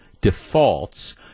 defaults